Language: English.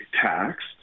taxed